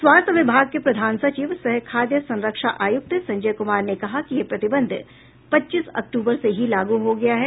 स्वास्थ्य विभाग के प्रधान सचिव सह खाद्य संरक्षा आयुक्त संजय कुमार ने कहा कि यह प्रतिबंध पच्चीस अक्टूबर से ही लागू हो गया है